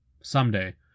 someday